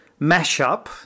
mashup